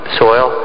soil